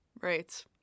Right